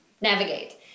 navigate